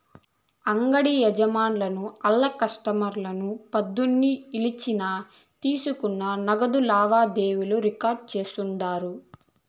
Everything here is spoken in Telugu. అంగిడి యజమానులు ఆళ్ల కస్టమర్ల పద్దుల్ని ఆలిచ్చిన తీసుకున్న నగదు లావాదేవీలు రికార్డు చేస్తుండారు